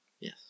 Yes